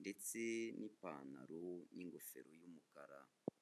ndetse n'ipantaro n'ingofero y'umukara.